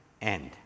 end